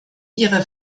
ihrer